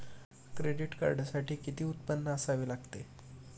Credit कार्डसाठी किती उत्पन्न असावे लागते?